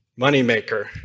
moneymaker